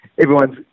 everyone's